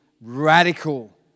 radical